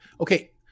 Okay